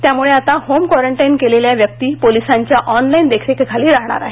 त्यामुळे आता home quarantine केलेल्या व्यक्ती पोलिसांच्या ऑनलाजे देखरेखीखाली राहणार आहेत